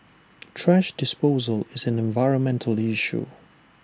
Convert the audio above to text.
thrash disposal is an environmental issue